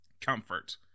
comfort